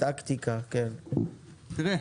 תראו,